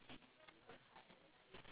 and that's very significant